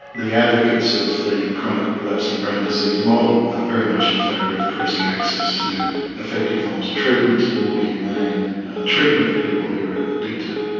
the advocates of the chronic relapsing brain disease model are very much in favour of increasing access to effective forms of treatment and more humane treatment of people who are addicted.